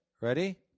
Ready